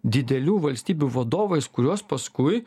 didelių valstybių vadovais kuriuos paskui